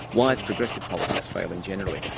why is progressive politics failing generally?